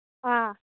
ꯑꯥ